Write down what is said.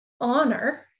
honor